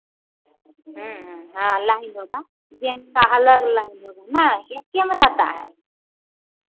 हाँ लाइन होगा जेंट्स का अलग लाइन होगा नय कि एक्के में रहता है